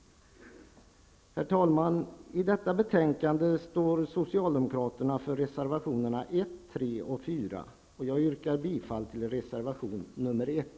Herr talman! I detta betänkande står vi socialdemokrater för reservationerna 1, 3 och 4. Jag yrkar bifall till reservation 1.